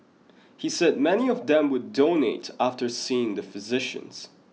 he said many of them would donate after seeing the physicians